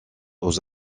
aux